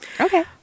Okay